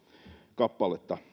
kappaletta